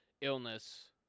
illness